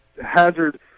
hazard